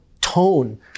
tone